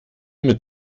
mit